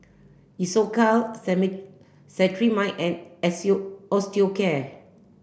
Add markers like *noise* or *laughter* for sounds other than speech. Isocal *unintelligible* Cetrimide and *unintelligible* Osteocare